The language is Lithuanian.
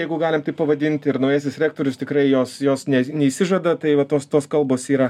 jeigu galim taip pavadinti ir naujasis rektorius tikrai jos jos neišsižada tai va tos tos kalbos yra